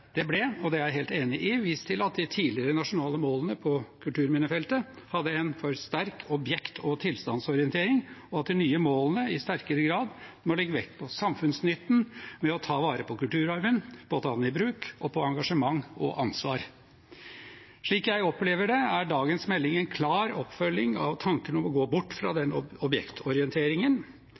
Det ble, og det er jeg helt enig i, vist til at de tidligere nasjonale målene på kulturminnefeltet hadde en for sterk objekt- og tilstandsorientering, og at de nye målene i sterkere grad må legge vekt på samfunnsnytten ved å ta vare på kulturarven, på å ta den i bruk og på engasjement og ansvar. Slik jeg opplever det, er dagens melding en klar oppfølging av tanken om å gå bort fra